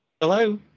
Hello